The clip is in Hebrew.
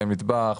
כלי מטבח,